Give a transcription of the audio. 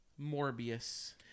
Morbius